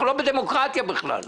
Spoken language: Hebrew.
אנחנו לא בדמוקרטיה בכלל.